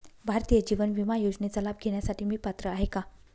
भारतीय जीवन विमा योजनेचा लाभ घेण्यासाठी मी पात्र आहे का?